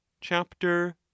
Chapter